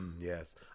Yes